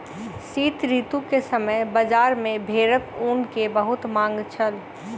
शीत ऋतू के समय बजार में भेड़क ऊन के बहुत मांग छल